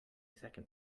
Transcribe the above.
second